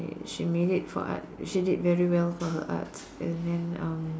she made it for art she did very well for her art and then um